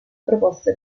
proposta